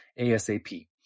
ASAP